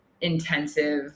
intensive